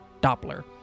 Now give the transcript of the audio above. doppler